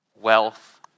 wealth